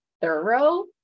thorough